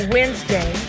Wednesday